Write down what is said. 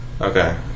Okay